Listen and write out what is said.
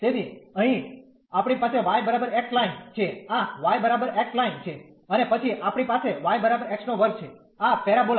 તેથી અહીં આપણી પાસે y x લાઇન છે આ y x લાઇન છે અને પછી આપણી પાસે yx2 છે આ પેરાબોલા